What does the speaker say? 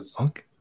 Okay